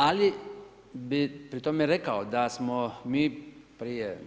Ali, bi pri tome rekao, da smo mi prije